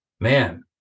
man